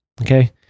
Okay